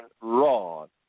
rod